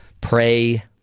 pray